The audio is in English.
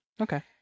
Okay